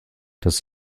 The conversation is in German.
das